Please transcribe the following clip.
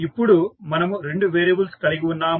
ఇప్పుడు మనము రెండు వేరియబుల్స్ కలిగి ఉన్నాము